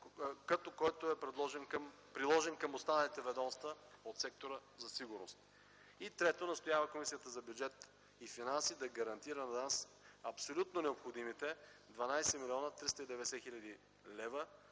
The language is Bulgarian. с този, който е приложен към останалите ведомства от сектора за сигурност. 3. Настоява Комисията по бюджет и финанси да гарантира на ДАНС абсолютно необходимите 12 млн. 390 хил. лв.